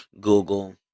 Google